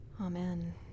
Amen